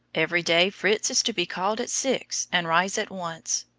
every day fritz is to be called at six, and rise at once.